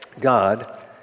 God